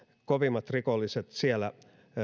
kovimmat rikolliset siellä